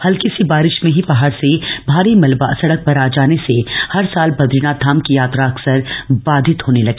हल्की सी बारिश में ही पहांच से भारी मलब सड़क पर जामे से हर साल बदरीनाथ धाम की याम अक्सर बाधित होने लगी